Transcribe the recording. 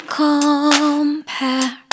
compare